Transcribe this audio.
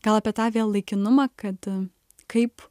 gal apie tą vėl laikinumą kad kaip